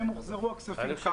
אם הוחזרו הכספים, כמה?